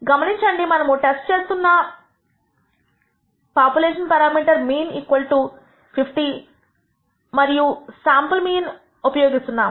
గమనించండి మనము టెస్ట్ చేస్తున్నా పాపులేషన్ పేరామీటర్ మీన్ μ 50 మనము శాంపుల్ మీన్ ఉపయోగిస్తున్నాము